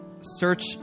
search